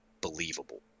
believable